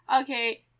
okay